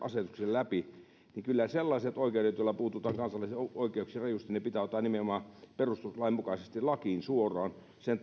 läpi kyllä sellaiset muutokset joilla puututaan kansalaisten oikeuksiin rajusti pitää ottaa nimenomaan perustuslain mukaisesti lakiin suoraan sen